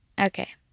Okay